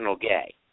gay